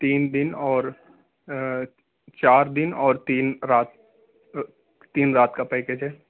تین دن اور چار دن اور تین رات تین رات کا پیکیج ہے